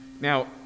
Now